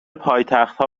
پایتختها